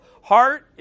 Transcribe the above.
heart